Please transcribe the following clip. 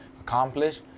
accomplish